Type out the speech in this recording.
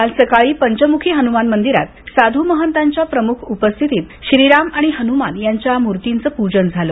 काल सकाळी पंचमुखी हनुमान मंदिरात साधू महंतांच्या प्रमुख उपस्थितीत श्रीराम हन्मान यांच्या मूर्तीचं प्रजन करण्यात आलं